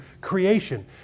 creation